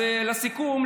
אז לסיכום,